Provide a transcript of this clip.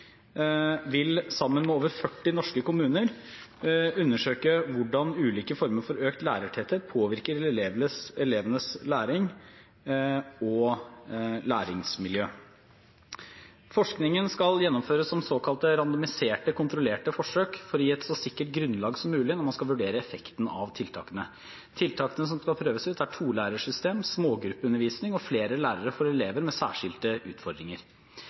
vil sammen med over 40 norske kommuner undersøke hvordan ulike former for økt lærertetthet påvirker elevenes læring og læringsmiljø. Forskningen skal gjennomføres som såkalte randomiserte, kontrollerte forsøk for å gi et så sikkert grunnlag som mulig når man skal vurdere effekten av tiltakene. Tiltakene som skal prøves ut, er tolærersystem, smågruppeundervisning og flere lærere for elever med særskilte utfordringer.